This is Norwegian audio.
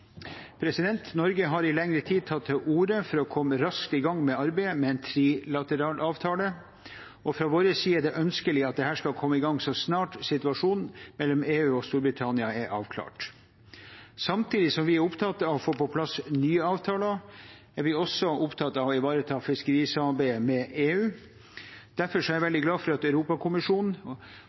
Norge har i lengre tid tatt til orde for å komme raskt i gang med arbeidet med en trilateral avtale, og fra vår side er det ønskelig at dette skal komme i gang så snart situasjonen mellom EU og Storbritannia er avklart. Samtidig som vi er opptatt av å få på plass nye avtaler, er vi også opptatt av å ivareta fiskerisamarbeidet med EU. Derfor er jeg veldig glad for at Europakommisjonen